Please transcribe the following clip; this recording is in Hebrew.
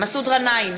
מסעוד גנאים,